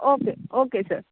okay okay sir